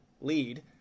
lead